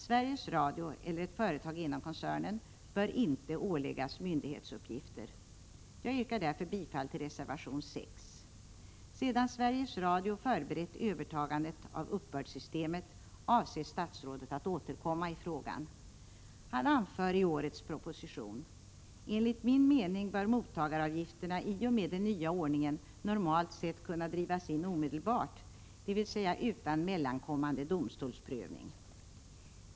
Sveriges Radio eller ett företag inom koncernen bör inte åläggas myndighetsuppgifter. Jag yrkar därför bifall till reservation 6. Sedan Sveriges Radio förberett övertagandet av uppbördssystemet avser statsrådet att återkomma i frågan. Han anför i årets proposition: Enligt min mening bör mottagaravgifterna i och med den nya ordningen normalt sett kunna drivas in omedelbart, dvs. utan mellankommande domstolsprövning.